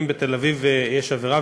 אם בתל-אביב יש עבירה,